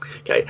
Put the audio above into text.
Okay